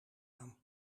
aan